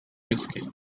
whiskey